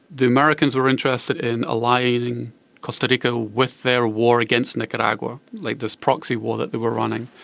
the americans were interested in aligning costa rica with their war against nicaragua, like this proxy war that they were running.